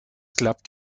klappt